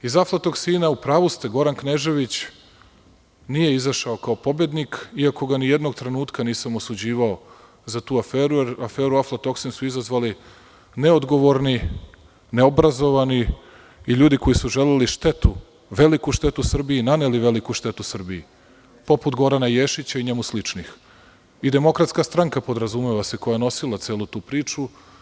Iz aflatoksina, u pravu ste, Goran Knežević nije izašao kao pobednik, iako ga ni jednog trenutka nisam osuđivao za tu aferu, jer tu aferu aflatoksin su izazvali neodgovorni, neobrazovani i ljudi koji su želeli štetu, veliku štetu Srbiji, i naneli su veliku štetu Srbiji, poput Gorana Ješića i njemu sličnih, podrazumeva se i DS, koja je nosila celu tu priču.